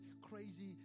crazy